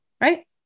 right